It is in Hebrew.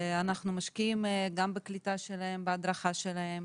אנחנו משקיעים גם בקליטה שלהם, בהדרכה שלהם,